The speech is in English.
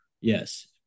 Yes